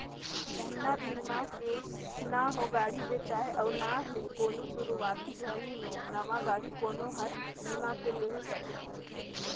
बिना बिमा के न हो गाड़ी बेचाय अउ ना ही कोनो सुरूवाती घरी मे नवा गाडी कोनो हर बीमा के लेहे सके